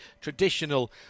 traditional